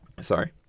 Sorry